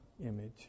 image